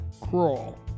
crawl